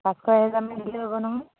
পাঁচশ এহেজাৰমান দিলে হ'ব নহয়